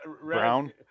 Brown